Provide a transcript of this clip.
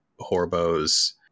Horbo's